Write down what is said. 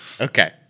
Okay